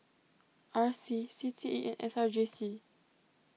R C C T E and S R J C